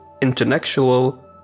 intellectual